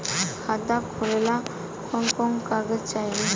खाता खोलेला कवन कवन कागज चाहीं?